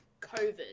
COVID